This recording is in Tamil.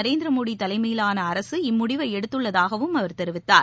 நரேந்திர மோடி தலைமையிலான அரசு இம்முடிவை எடுத்துள்ளதாகவும் அவர் தெரிவித்தார்